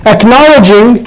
Acknowledging